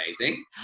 amazing